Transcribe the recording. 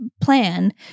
plan